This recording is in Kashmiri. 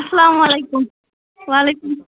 السلامُ علیکُم وعلیکُم